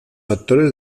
actores